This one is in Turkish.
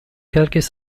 herkes